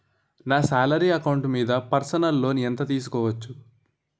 నా salary account మీద personal loan ఎంత తీసుకోవచ్చు?